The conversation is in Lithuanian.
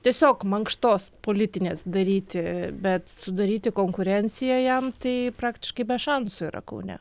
tiesiog mankštos politinės daryti bet sudaryti konkurenciją jam tai praktiškai be šansų yra kaune